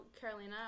Carolina